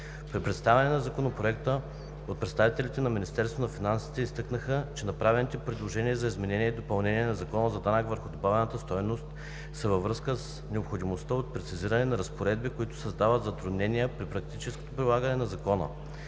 При представянето на Законопроекта представителите на Министерството на финансите изтъкнаха, че направените предложения за изменение и допълнение на Закона за данък върху добавената стойност са във връзка с необходимостта от прецизиране на разпоредби, които създават затруднения при практическото прилагане на Закона.